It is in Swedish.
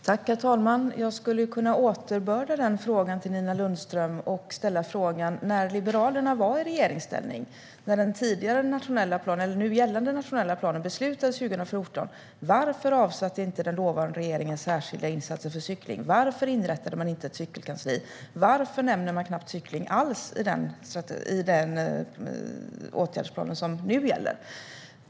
Herr talman! Jag skulle kunna återbörda den frågan till Nina Lundström. När Liberalerna var i regeringsställning när den nu gällande nationella planen beslutades 2014: Varför avsatte inte den dåvarande regeringen särskilda insatser för cykling? Varför inrättade man inte ett cykelkansli? Varför nämner man knappt cykling alls i den åtgärdsplan som nu gäller?